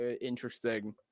interesting